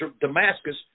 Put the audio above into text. Damascus